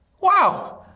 Wow